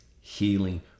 healing